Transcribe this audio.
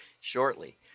shortly